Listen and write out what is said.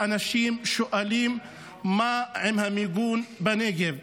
ואנשים שואלים מה עם המיגון בנגב.